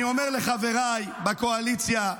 אני אומר לחבריי בקואליציה: